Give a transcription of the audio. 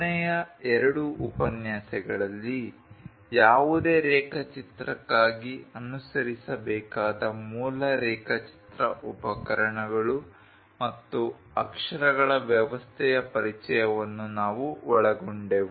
ಕೊನೆಯ ಎರಡು ಉಪನ್ಯಾಸಗಳಲ್ಲಿ ಯಾವುದೇ ರೇಖಾಚಿತ್ರಕ್ಕಾಗಿ ಅನುಸರಿಸಬೇಕಾದ ಮೂಲ ರೇಖಾಚಿತ್ರ ಉಪಕರಣಗಳು ಮತ್ತು ಅಕ್ಷರಗಳ ವ್ಯವಸ್ಥೆಯ ಪರಿಚಯವನ್ನು ನಾವು ಒಳಗೊಂಡೆವು